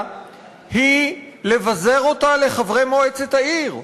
היא לבזר אותה לחברי מועצת העיר.